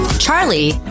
Charlie